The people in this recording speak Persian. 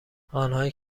آنهایی